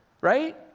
Right